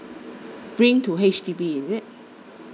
bring to H_D_B is it